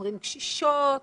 אומרים קשישות,